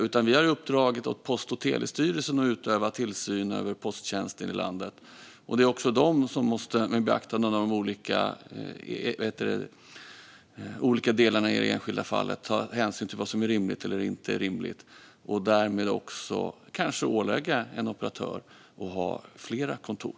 Vi har i stället uppdragit åt Post och telestyrelsen att utöva tillsyn över posttjänsten i landet, och det är denna myndighet som med beaktande av olika delar i enskilda fall måste ta hänsyn till vad som är rimligt eller inte - och därmed också kanske ålägga en operatör att ha flera kontor.